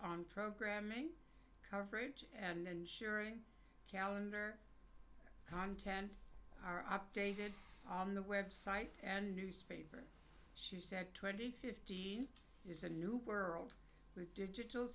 on programming coverage and ensuring calendar content are updated on the website and newspapers she said twenty fifty is a new world with digital